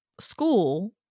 school